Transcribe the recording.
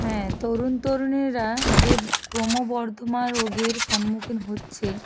হ্যাঁ তরুণ তরুণীরা যে ক্রমবর্ধমান রোগের সম্মুখীন হচ্ছে